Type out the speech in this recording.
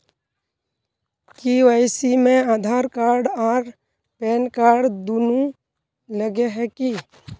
KYC में Aadhaar card आर pan card दुनू लगे है की?